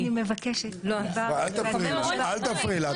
אל תפריעי לה.